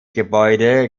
gebäude